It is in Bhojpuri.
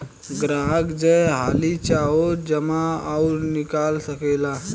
ग्राहक जय हाली चाहो जमा अउर निकाल सकेला